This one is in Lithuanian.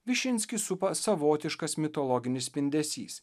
višinskį supa savotiškas mitologinis spindesys